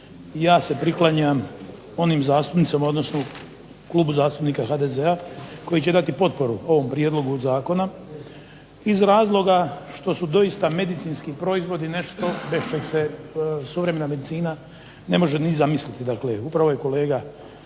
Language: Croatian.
ja se priklanjam onim zastupnicima, odnosno Klubu zastupnika HDZ-a koji će dati potporu ovom prijedlogu zakona, iz razloga što su doista medicinski proizvodi nešto …/Govornik se ne razumije./… suvremena medicina ne može ni zamisliti,